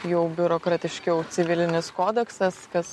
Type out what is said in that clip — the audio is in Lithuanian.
jau biurokratiškiau civilinis kodeksas kas